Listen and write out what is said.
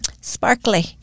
Sparkly